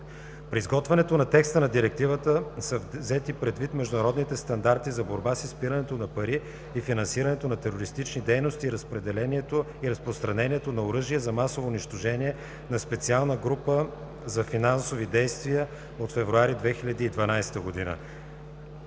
При изготвянето на текста на Директивата са взети предвид международните стандарти за борба с изпирането на пари и финансирането на терористични дейности и разпространението на оръжия за масово унищожение на Специална група за финансови действия от месец февруари 2012 г.